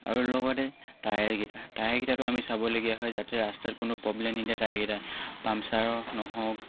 আৰু লগতে টায়াৰকেইটা টায়াৰকেইটাতো আমি চাবই লগীয়া হয় যাতে ৰাস্তাত কোনো প্ৰব্লেম নিদিয়ে টায়াৰকেইটা পামচাৰ নহওক